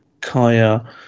Kaya